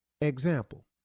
Example